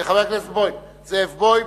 חבר הכנסת זאב בוים.